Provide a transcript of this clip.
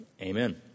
Amen